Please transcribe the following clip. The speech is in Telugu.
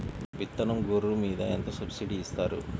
విత్తనం గొర్రు మీద ఎంత సబ్సిడీ ఇస్తారు?